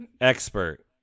expert